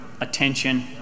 attention